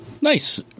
Nice